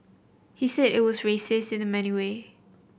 he said it was racist in many way